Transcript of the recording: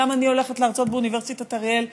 גם אני הולכת להרצות באוניברסיטת אריאל,